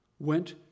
went